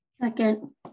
Second